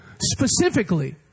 specifically